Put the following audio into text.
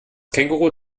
känguruh